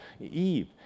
Eve